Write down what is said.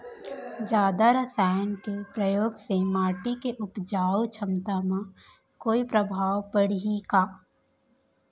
जादा रसायन के प्रयोग से माटी के उपजाऊ क्षमता म कोई प्रभाव पड़ही का?